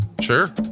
Sure